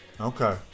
Okay